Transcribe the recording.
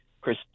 Chris